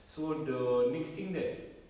so the next thing that